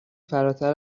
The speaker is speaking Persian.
فراتر